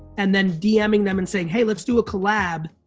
and then dming them and saying, hey, let's do a collab,